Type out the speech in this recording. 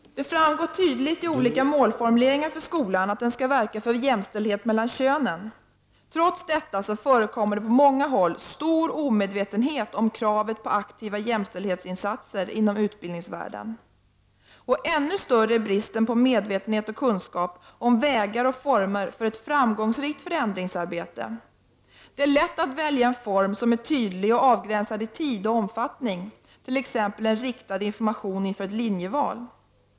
Det framgår tydligt i olika målformuleringar för skolan att den skall verka för jämställdhet mellan könen. Trots detta förekommer det på många håll stor omedvetenhet om kravet på aktiva jämställdhetsinsatser inom utbildningsvärlden. Ännu större är bristen på medvetenhet och kunskap om vägar och former för ett framgångsrikt förändringsarbete. Det är lätt att välja en form som är tydlig och avgränsad i tid och omfattning, t.ex. riktad information inför ett linjeval.